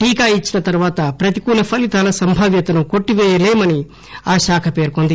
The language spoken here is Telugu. టీకా ఇచ్చిన తర్పాత ప్రతికూల ఫలితాల సంభావ్యతను కొట్టిపేయలేమని ఆ శాఖ పేర్కొంది